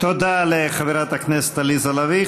תודה לחברת הכנסת עליזה לביא.